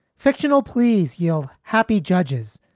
fictional please yield happy judges,